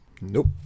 nope